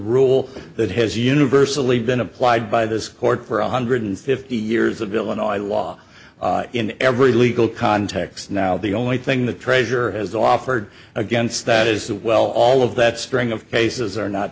rule that has universally been applied by this court for one hundred fifty years of illinois law in every legal context now the only thing the treasurer has offered against that is that well all of that string of cases are not